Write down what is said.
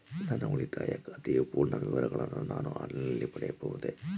ನನ್ನ ಉಳಿತಾಯ ಖಾತೆಯ ಪೂರ್ಣ ವಿವರಗಳನ್ನು ನಾನು ಆನ್ಲೈನ್ ನಲ್ಲಿ ಪಡೆಯಬಹುದೇ?